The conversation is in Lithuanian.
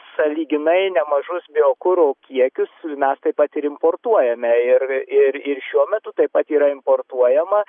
sąlyginai nemažus biokuro kiekius mes taip pat ir importuojame ir ir ir šiuo metu taip pat yra importuojama